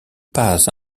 pas